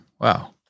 Wow